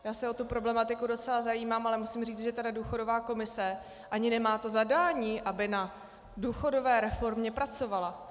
Já se o tuto problematiku docela zajímám, ale musím říci, že důchodová komise ani nemá zadání, aby na důchodové reformě pracovala.